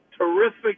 terrific